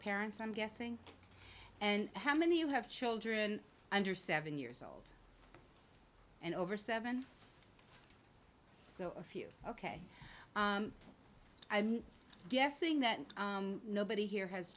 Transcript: parents i'm guessing and how many you have children under seven years old and over seven so a few ok i'm guessing that nobody here has